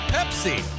Pepsi